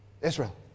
Israel